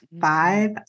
five